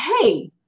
hey